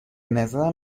نظرم